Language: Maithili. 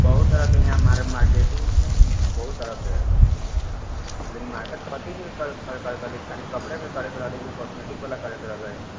बहुत तरहके इहाँ मार मार्केटिंग इहाँ बहुत तरहके हइ लेकिन मार्केट कथी लेल करयके रहलै खाली कपड़ेके करैके रहलै कि कॉस्मेटिकवला करैके रहलै